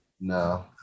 no